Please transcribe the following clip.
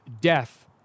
death